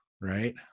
Right